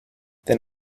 then